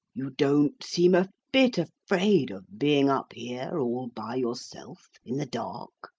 you don't seem a bit afraid of being up here all by yourself in the dark.